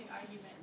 argument